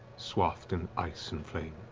swathed in ice and flame,